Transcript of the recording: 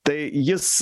tai jis